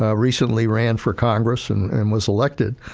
ah recently ran for congress, and and was elected,